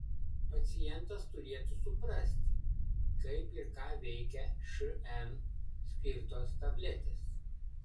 pacientas turėtų suprasti kaip ir ką veikia šn skirtos tabletės